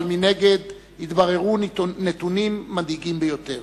אבל מנגד התבררו נתונים מדאיגים ביותר: